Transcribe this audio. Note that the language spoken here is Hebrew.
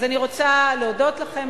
אז אני רוצה להודות לכם,